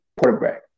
quarterback